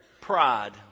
Pride